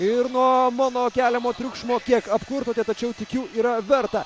ir nuo mano keliamo triukšmo kiek apkurtote tačiau tikiu yra verta